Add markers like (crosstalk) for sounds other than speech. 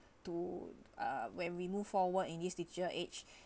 to uh when we move forward in this digital age (breath)